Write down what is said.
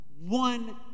One